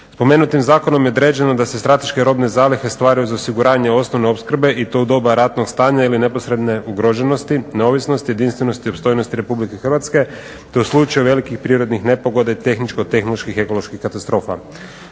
Spomenutim je zakonom određeno da se strateške robne zalihe stvaraju za osiguranje osnovne opskrbe i to u doba ratnog stanja ili neposredne ugroženosti, neovisnosti, jedinstvenosti i opstojnosti RH te u slučaju velikih prirodnih nepogoda i tehničko-tehnoloških ekoloških katastrofa.